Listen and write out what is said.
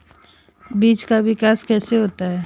बीज का विकास कैसे होता है?